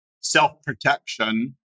self-protection